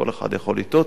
כל אחד יכול לטעות,